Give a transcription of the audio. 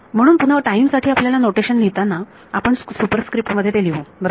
म्हणून पुन्हा टाईम साठी आपल्याला नोटेशन लिहिताना आपण सुपर स्क्रिप्टमध्ये ते लिहू बरोबर